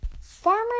Farmer